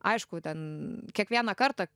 aišku ten kiekvieną kartą